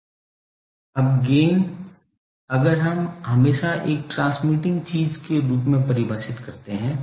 अब गैन अगर हम हमेशा एक ट्रांसमिटिंग चीज के रूप में परिभाषित करते हैं